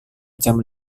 jam